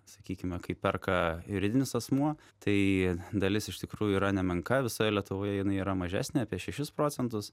sakykime kai perka juridinis asmuo tai dalis iš tikrųjų yra nemenka visoje lietuvoje jinai yra mažesnė apie šešis procentus